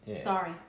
Sorry